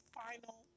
final